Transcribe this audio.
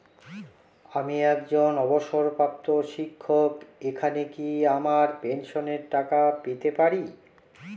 আমি একজন অবসরপ্রাপ্ত শিক্ষক এখানে কি আমার পেনশনের টাকা পেতে পারি?